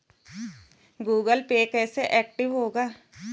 Google pay कैसे active होगा?